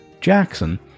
Jackson